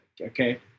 Okay